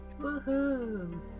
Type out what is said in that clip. Woohoo